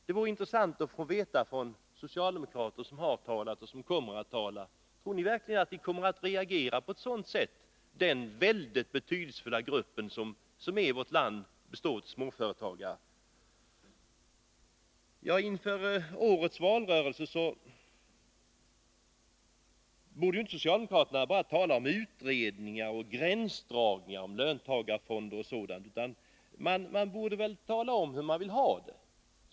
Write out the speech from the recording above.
Det vore intressant att få veta hur socialdemokraterna tror att denna mycket betydelsefulla grupp i vårt land, som består av småföretagare, kommer att reagera. Inför årets valrörelse borde inte socialdemokraterna bara tala om utredningar, gränsdragningar, löntagarfonder och sådant, utan de borde tala om hur de vill ha det.